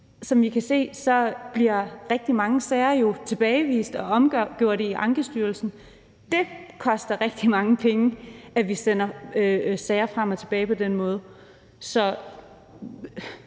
som vi kan se, bliver rigtig mange sager jo tilbagevist og omgjort i Ankestyrelsen. Det koster rigtig mange penge, at vi sender sager frem og tilbage på den måde. Så